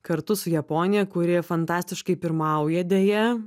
kartu su japonija kuri fantastiškai pirmauja deja